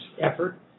effort